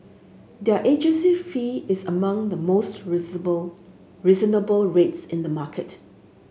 their agency fee is among the most reasonable rates in the market